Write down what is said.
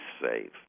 safe